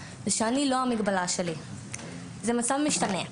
זה שאני לא המגבלה שלי זה מצב משתנה,